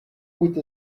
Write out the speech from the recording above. with